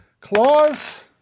claws